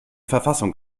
verfassung